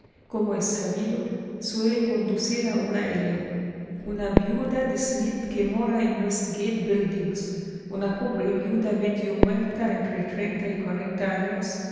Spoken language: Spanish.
como es sabido suele conducir a una elliot una viuda de smith que mora en westgate buildings una pobre viuda medio muerta entre treinta y cuarenta años